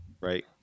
right